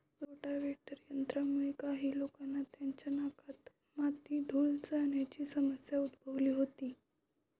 rotavator यंत्रामुळे काही लोकांना त्यांच्या नाकात माती, धूळ जाण्याची समस्या उद्भवली होती